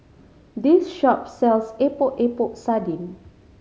this shop sells Epok Epok Sardin